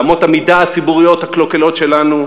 באמות המידה הציבוריות הקלוקלות שלנו,